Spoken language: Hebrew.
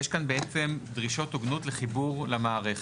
יש כאן בעצם דרישות הוגנות לחיבור למערכת.